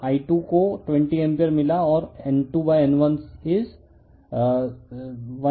तो I2 को 20 ampere मिला और N2N1 110 है